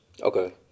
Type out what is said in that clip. Okay